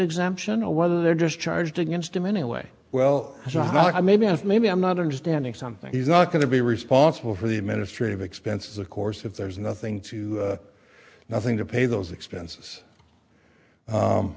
exemption or whether they're just charged against him anyway well it's not i maybe have maybe i'm not understanding something he's not going to be responsible for the administrative expenses of course if there's nothing to nothing to pay those expenses